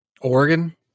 Oregon